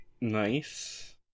nice